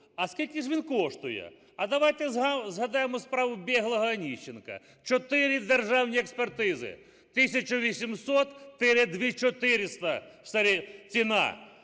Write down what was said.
А скільки він коштує? А давайте згадаємо справу біглого Онищенка. Чотири державні експертизи – 1800-2400 ціна.